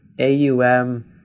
aum